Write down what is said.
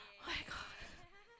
[oh]-my-god